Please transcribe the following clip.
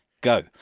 go